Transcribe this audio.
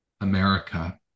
America